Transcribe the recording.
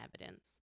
evidence